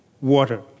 water